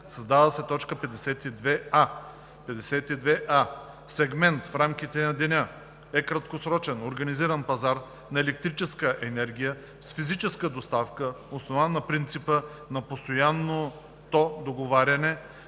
Създава се т. 52а: „52а. „Сегмент в рамките на деня“ е краткосрочен организиран пазар на електрическа енергия с физическа доставка, основан на принципа на постоянното договаряне,